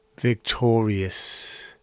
victorious